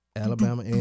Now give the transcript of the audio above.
Alabama